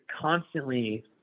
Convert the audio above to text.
constantly –